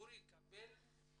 הציבור יקבל